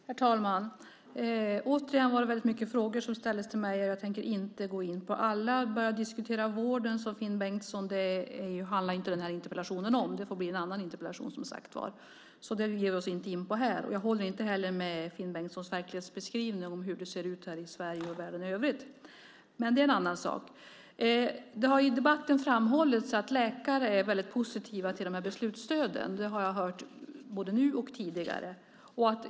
Herr talman! Återigen var det väldigt mycket frågor som ställdes till mig. Jag tänker inte gå in på alla. Att börja diskutera vården med Finn Bengtsson är inte vad den här interpellationen handlar om. Det får bli en annan interpellation, som sagt var. Jag håller inte heller med i Finn Bengtssons verklighetsbeskrivning av hur det ser ut här i Sverige och i världen i övrigt. Men det är en annan sak. Det har ju i debatten framhållits att läkare är väldigt positiva till de här beslutsstöden. Det har jag hört både nu och tidigare.